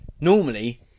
normally